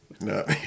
No